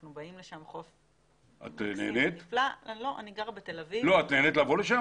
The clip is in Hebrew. את נהנית לבוא לשם?